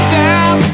down